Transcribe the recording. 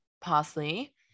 parsley